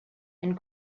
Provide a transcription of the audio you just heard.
and